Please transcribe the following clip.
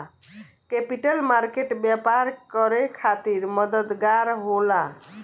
capital market व्यापार करे खातिर मददगार होला